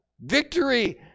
Victory